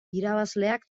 irabazleak